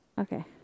okay